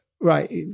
right